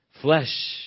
flesh